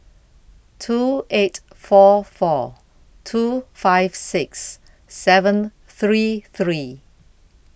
two eight four four two five six seven three three